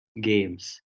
games